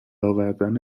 آوردن